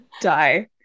Die